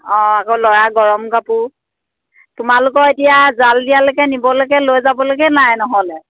অঁ আকৌ ল'ৰা গৰম কাপোৰ তোমালোকৰ এতিয়া জাল দিয়ালৈকে নিবলৈকে লৈ যাবলৈকে নাই নহ'লে